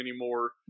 anymore